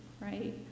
right